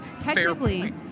Technically